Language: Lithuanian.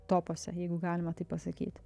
topuose jeigu galima taip pasakyti